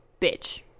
bitch